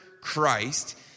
Christ